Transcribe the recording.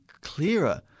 clearer